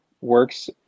works